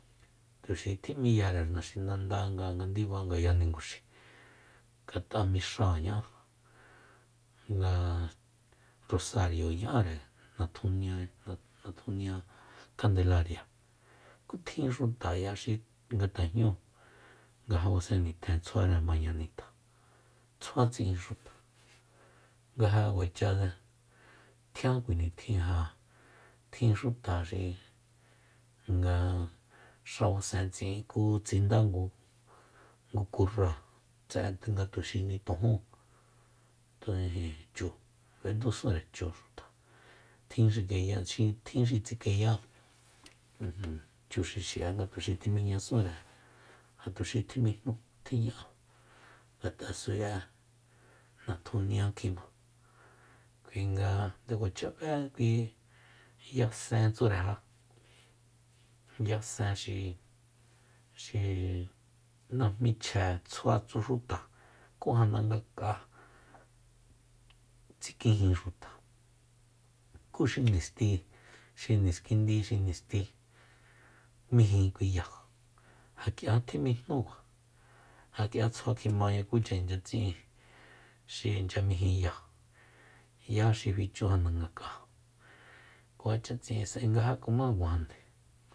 Tuxi tjim'iyare naxinanda nga ngandiba ngaya ninguxi ngat'a mixáa ña'á nga rosario ña'are natjunia- na- natjunia kandelaria ku tjin xutaya nga jñu nga ja basen nitjen tsjuare mañanita tsjua tsi'in xuta nga ja kuacha tjian kui nitjin ja tjin xuta xi nga xabasen tsi'in ku tsinda ngu kurráa tse'e tse nga tuxi nitojun ijin chu b'endusunre chu xuta tjin xi kenya- tjin xi tsikenya ijin chu xixi'e tse'e nga tuxi timijñasunre ja tuxi tjimijnú tjiña'a ngat'a s'ui'e natjunia kjima kuinga nde kuacha b'e xi ya sen tsure ja ya sen xi- xi najmi chje tsjuaxu xuta ku janda ngak'a tsikijin xuta ku xi nisti xi niskindi xi nisti mijin kui ya ja k'ia tjimijnúkua ja k'ia tsjuakjimaña kucha incha ts'in xi inchya mijin ya 'ya xi fichujanda ngak'a kuacha tsi'in s'ae nga ja kuma kuajande